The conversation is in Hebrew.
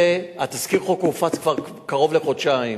תזכיר החוק הופץ כבר לפני קרוב לחודשיים.